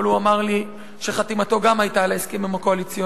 אבל הוא אמר לי שגם חתימתו היתה על ההסכמים הקואליציוניים.